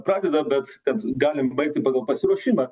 pradeda bet kad galim baigti pagal pasiruošimą